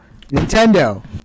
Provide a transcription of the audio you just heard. Nintendo